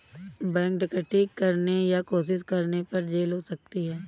bank डकैती करने या कोशिश करने पर जेल हो सकती है